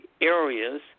areas